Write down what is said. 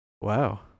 Wow